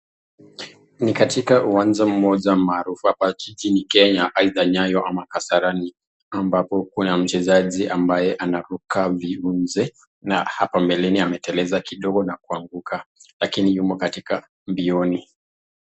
Ni katika uwanja moja maarufu hapa jijini kenya aidha Nyayo ama kasarani ambapo kuna mchezaji ambaye anaruka viunze na hapo mbeleni anateleza kidogo na kuanguka lakini yumo katika mbioni.